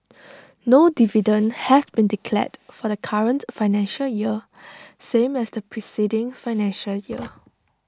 no dividend has been declared for the current financial year same as the preceding financial year